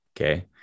Okay